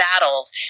battles